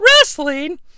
Wrestling